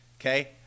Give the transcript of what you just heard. Okay